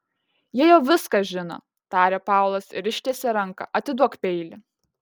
jie jau viską žino tarė paulas ir ištiesė ranką atiduok peilį